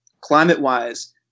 Climate-wise